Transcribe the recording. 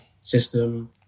system